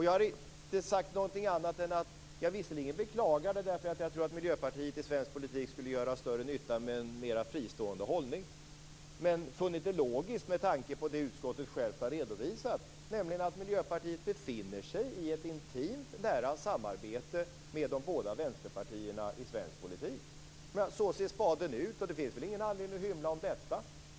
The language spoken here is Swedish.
Jag har inte sagt någonting annat än att jag visserligen beklagar det, därför att jag tror att Miljöpartiet i svensk politik skulle göra större nytta med en mera fristående hållning. Men jag har funnit det logiskt med tanke på det utskottet självt har redovisat, nämligen att Miljöpartiet befinner sig i ett intimt, nära samarbete med de båda vänsterpartierna i svensk politik. Så ser spaden ut, och det finns väl ingen anledning att hymla om detta.